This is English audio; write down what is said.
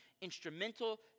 instrumental